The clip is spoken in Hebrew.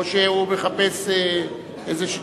או שהוא מחפש איזה,